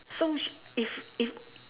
so she if if